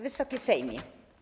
Wysoki Sejmie!